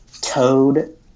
Toad